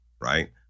Right